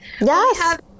Yes